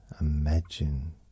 imagine